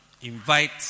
Invite